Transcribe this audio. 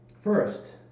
First